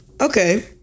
Okay